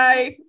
Bye